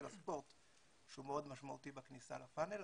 הספורט שהוא מאוד משמעותי בכניסה לפאנל,